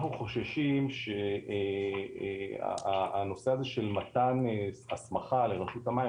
אנחנו חוששים שהנושא הזה של מתן הסמכה לרשות המים